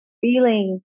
feeling